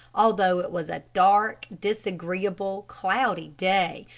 although it was a dark, disagreeable, cloudy day,